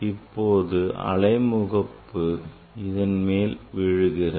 இப்போது அலை முகப்பு இதன் மேல் விழுகிறது